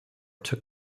took